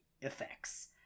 effects